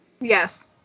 Yes